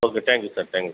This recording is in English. okay thank you sir thank you